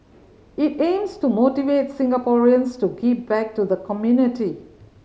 it aims to motivate Singaporeans to give back to the community